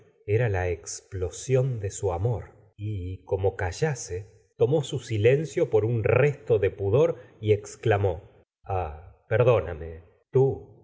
era la explosión de su amor y como callase tomó su silencio por un resto de pudor y exclamó ah perdóname tú